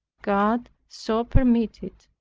god so permitted it,